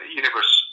universe